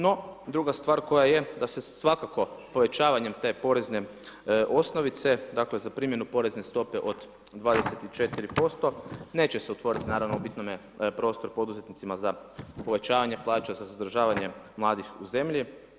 No, druga stvar koja je, da se svakako povećavanjem te porezne osnovice, dakle, za primjenu porezne stope od 24%, neće se otvoriti, naravno, u bitnome prostor poduzetnicima za povećanje plaća, za zadržavanje mladih u zemlji.